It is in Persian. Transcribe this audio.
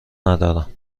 ندارم